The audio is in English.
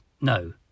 No